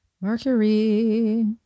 Mercury